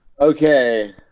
Okay